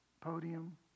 podium